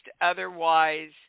otherwise